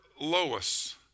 Lois